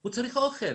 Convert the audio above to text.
הוא צריך אוכל